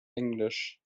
englisch